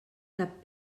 cap